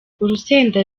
urusenda